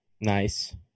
Nice